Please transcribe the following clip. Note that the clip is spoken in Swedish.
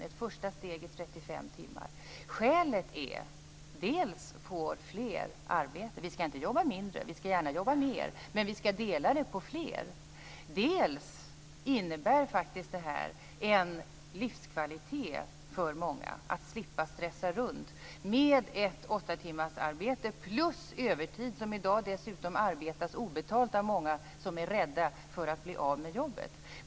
Ett första steg är 35 timmar. Ett skäl är att fler får arbete. Vi skall inte jobba mindre, utan vi skall gärna jobba mer. Men vi skall dela jobben på fler. Det innebär också livskvalitet för många att slippa stressa runt med ett åttatimmarsarbete plus övertid, som i dag dessutom arbetas obetalt av många som är rädda för att bli av med jobbet.